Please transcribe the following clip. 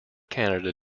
canada